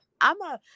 I'ma